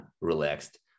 relaxed